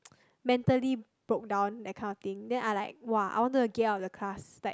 mentally broke down that kind of thing then I like [wah] I wanted to get out of the class like